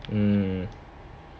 hmm